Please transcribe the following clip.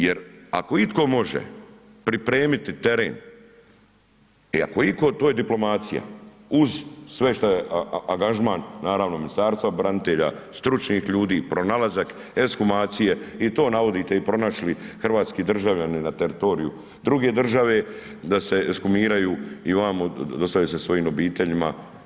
Jer ako itko može pripremiti teren i ako itko, to je diplomacija, uz sve što je angažman naravno Ministarstva branitelja, stručnih ljudi, pronalazak, ekshumacije i to navodite i pronašli hrvatski državljani na teritoriju druge države da se ekshumiraju i ovamo dostave se svojim obiteljima.